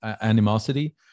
animosity